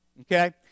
Okay